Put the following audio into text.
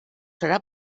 serà